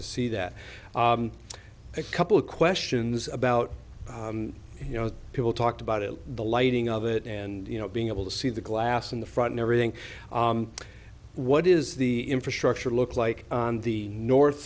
to see that a couple of questions about you know people talked about it the lighting of it and you know being able to see the glass in the front never being what is the infrastructure look like on the north